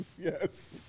Yes